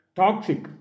toxic